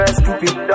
stupid